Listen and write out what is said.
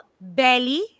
Belly